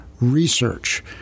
research